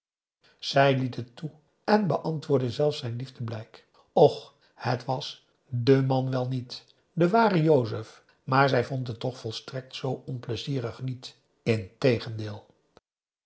zij liet het toe en beantwoordde zelfs zijn liefdeblijk och het was de man wel niet de ware jozef maar zij vond het toch volstrekt zoo onpleizierig niet integendeel